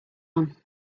one